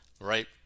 right